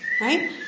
right